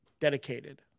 dedicated